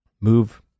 move